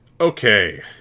Okay